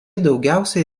daugiausiai